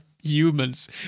humans